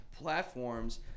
platforms